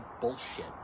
bullshit